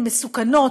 הן מסוכנות,